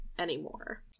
anymore